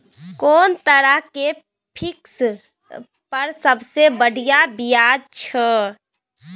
कोन तरह के फिक्स पर सबसे बढ़िया ब्याज छै?